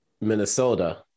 Minnesota